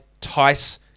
Tice